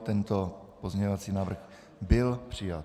Tento pozměňovací návrh byl přijat.